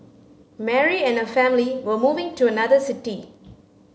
Mary and her family were moving to another city